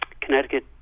Connecticut